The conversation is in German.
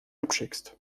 abschickst